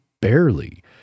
barely